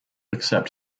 accept